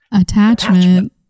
Attachment